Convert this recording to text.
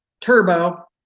turbo